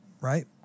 right